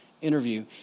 interview